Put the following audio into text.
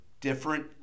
different